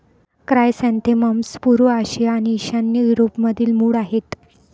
chrysanthemums पूर्व आशिया आणि ईशान्य युरोपमधील मूळ आहेत